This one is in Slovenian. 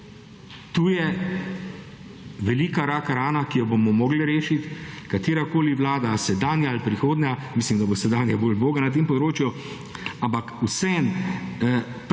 Tu je velika rak rana, ki jo bomo mogli rešiti, katerakoli vlada, sedanja ali prihodnja, mislim da bo sedanja bolj boga na tem področju, ampak vseeno prav